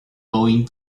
going